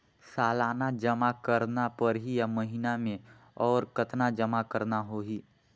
सालाना जमा करना परही या महीना मे और कतना जमा करना होहि?